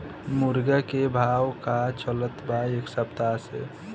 मुर्गा के भाव का चलत बा एक सप्ताह से?